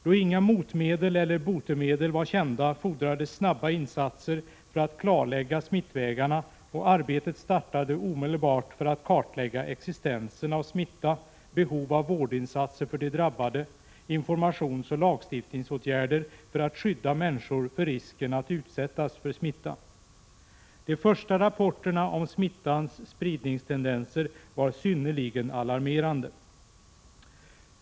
Då inga motmedel eller botemedel var kända, fordrades snara insatser för att klarlägga smittvägarna, och arbetet startade omedelbart för att kartlägga existensen av smitta, behov av vårdinsatser för de drabbade, informationsoch lagstiftningsåtgärder för att skydda människor mot risken att utsättas för smitta. De första rapporterna om smittans spridningstendenser var synnerligen alarmerande.